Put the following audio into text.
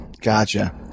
Gotcha